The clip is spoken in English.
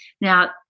Now